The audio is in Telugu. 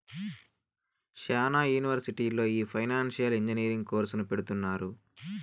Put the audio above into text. శ్యానా యూనివర్సిటీల్లో ఈ ఫైనాన్సియల్ ఇంజనీరింగ్ కోర్సును పెడుతున్నారు